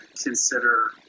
consider